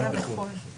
אילנה בחוץ לארץ.